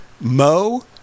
Mo